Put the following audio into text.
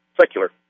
secular